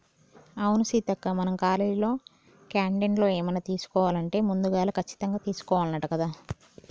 అవును సీతక్క మనం కాలేజీలో క్యాంటీన్లో ఏమన్నా తీసుకోవాలంటే ముందుగాల కచ్చితంగా తీసుకోవాల్నంట కదా